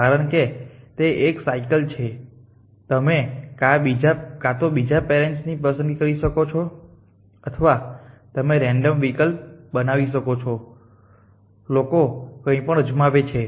કારણ કે તે એક સાયકલ છે તમે કાં તો બીજા પેરેન્ટ્સ ની પસંદગી કરી શકો છો અથવા તમે રેન્ડમ વિકલ્પ બનાવી શકો છો લોકો કંઈ પણ અજમાવે છે